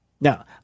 Now